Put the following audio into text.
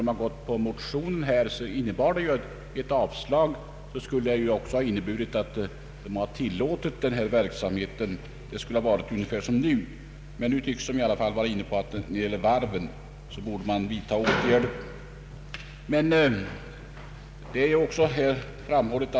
Men eftersom det i motionen krävdes avslag på propositionen, skulle ett bifall till motionen ha inneburit att man tillåtit denna förmedlingsverksamhet. Den skulle alltså fått fortsätta som hittills. Men nu tycks reservanterna i alla fall vara inne på att man skall vidta åtgärder när det gäller varven.